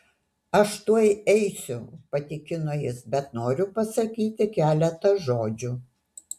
aš tuoj eisiu patikino jis bet noriu pasakyti keletą žodžių